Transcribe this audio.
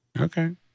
Okay